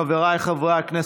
חבריי חברי הכנסת,